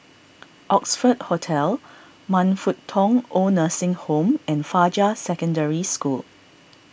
Oxford Hotel Man Fut Tong Oid Nursing Home and Fajar Secondary School